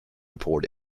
report